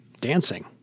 dancing